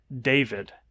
David